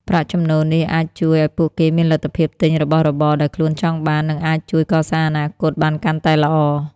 ប្រាក់ចំណូលនេះអាចជួយឱ្យពួកគេមានលទ្ធភាពទិញរបស់របរដែលខ្លួនចង់បាន និងអាចជួយកសាងអនាគតបានកាន់តែល្អ។